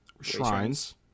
shrines